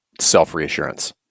self-reassurance